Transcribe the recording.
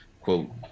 quote